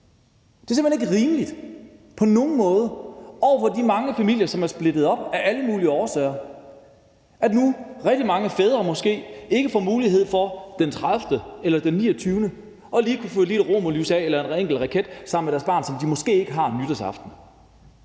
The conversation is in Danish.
Det er simpelt hen ikke på nogen måde rimeligt over for de mange familier, som er splittet op af alle mulige årsager, at rigtig mange fædre nu måske ikke får mulighed for den 29. eller den 30. december lige at fyre et lille romerlys eller en enkelt raket af sammen med deres barn, som de måske ikke har nytårsaften.